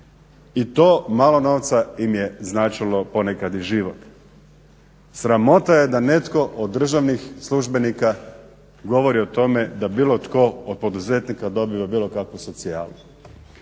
i to malo novca im je značilo ponekad i život. Sramota je da netko od državnih službenika govori o tome da bilo tko od poduzetnika dobiva bilo kakvu socijalu.